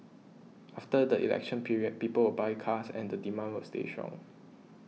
after the election period people will buy cars and the demand will stay strong